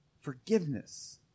Forgiveness